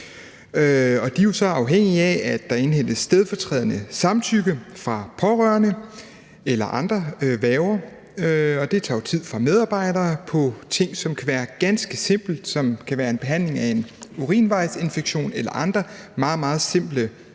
De er jo så afhængige af, at der indhentes stedfortrædende samtykke fra pårørende eller andre værger. Det tager tid for medarbejdere i forhold til ting, som kan være ganske simple. Det kan være en behandling af en urinvejsinfektion eller andre meget, meget simple